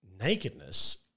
nakedness